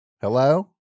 Hello